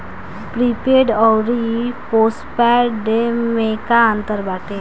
Prepaid अउर postpaid में का अंतर बाटे?